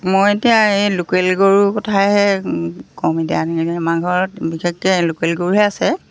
মই এতিয়া এই লোকেল গৰু কথাহে ক'ম এতিয়া আমাৰ ঘৰত বিশেষকৈ লোকেল গৰুহে আছে